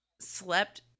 slept